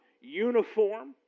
uniform